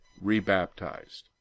re-baptized